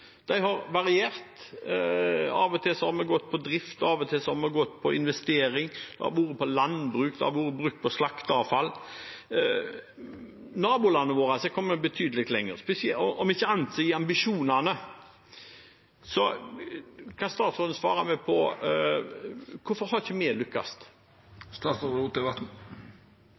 De har variert – av og til har vi gått på drift, av og til har vi gått på investering, det har vært på landbruk, det har vært brukt på slakteavfall. Nabolandene våre er kommet betydelig lenger, om ikke annet så i ambisjonene. Kan statsråden svare meg på hvorfor vi ikke har lykkes?